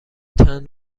چند